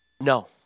No